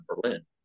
Berlin